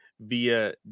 via